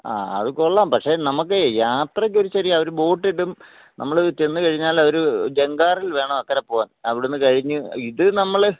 ആ അത് കൊള്ളാം പക്ഷേ നമുക്കേ യാത്രയ്ക്കൊരു ചെറിയ ഒരു ബോട്ട് കിട്ടും നമ്മൾ ചെന്ന് കഴിഞ്ഞാല് അവർ ജങ്കാറില് വേണം അക്കരെ പോവാന് അവിടുന്ന് കഴിഞ്ഞ് ഇത് നമ്മൾ